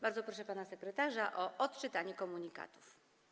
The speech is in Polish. Bardzo proszę pana posła sekretarza o odczytanie komunikatów.